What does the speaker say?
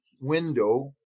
window